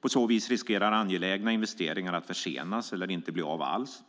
På så vis riskerar angelägna investeringar att försenas eller inte bli av alls.